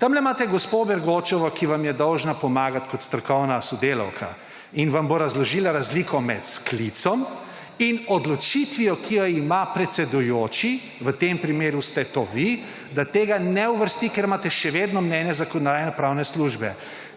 Tamle imate gospo Bergoč, ki vam je dolžna pomagati kot strokovna sodelavka. In vam bo razložila razliko med sklicem in odločitvijo, ki jo ima predsedujoči, v tem primeru ste to vi, da tega ne uvrsti, ker imate še vedno mnenje Zakonodajno-pravne službe.